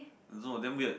I don't know damn weird